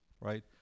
right